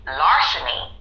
larceny